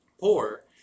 poor